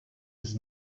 his